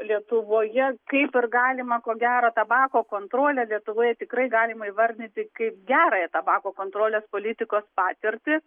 lietuvoje kaip ir galima ko gero tabako kontrolę lietuvoje tikrai galima įvardyti kaip gerąją tabako kontrolės politikos patirtį